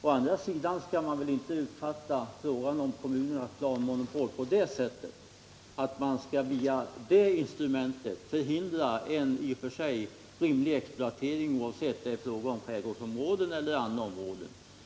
Å andra sidan skall man väl inte uppfatta frågan om kommunernas planmonopol så, att man via det instrumentet skall förhindra en i och för sig rimlig exploatering, oavsett om det är fråga om skärgårdsområden eller andra områden.